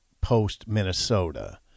post-Minnesota